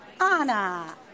Anna